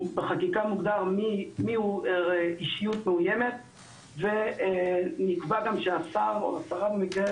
בחקיקה מוגדר מי הוא אישיות מאויימת ונקבע גם שהשר או השרה במקרה